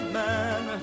man